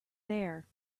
there